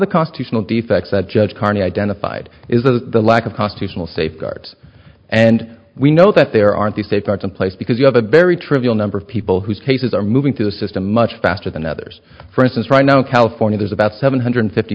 the constitutional defects that judge carney identified is a lack of constitutional safeguards and we know that there aren't the safeguards in place because you have a very trivial number of people whose cases are moving through the system much faster than others for instance right now in california there's about seven hundred fifty